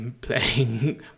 playing